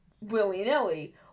willy-nilly